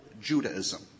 Judaism